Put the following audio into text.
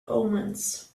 omens